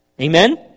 Amen